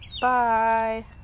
Bye